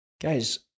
Guys